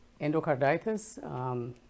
Endocarditis